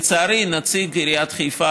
נציג עיריית חיפה